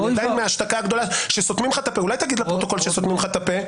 אולי תגיד לפרוטוקול שסותמים לך את הפה?